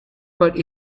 but